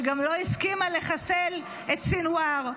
שגם לא הסכימה לחסל את סנוואר,